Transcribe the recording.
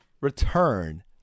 return